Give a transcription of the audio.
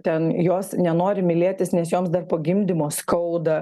ten jos nenori mylėtis nes joms dar po gimdymo skauda